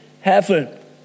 heaven